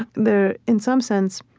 the in some sense,